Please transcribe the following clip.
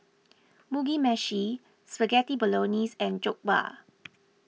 Mugi Meshi Spaghetti Bolognese and Jokbal